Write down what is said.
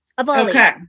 Okay